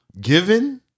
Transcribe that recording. Given